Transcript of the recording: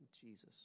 Jesus